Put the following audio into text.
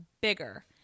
bigger